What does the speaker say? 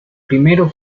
primero